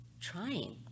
trying